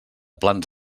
plans